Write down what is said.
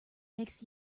makes